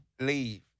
Leave